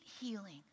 healing